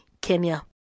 Kenya